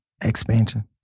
expansion